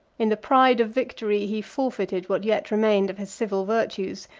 in the pride of victory, he forfeited what yet remained of his civil virtues,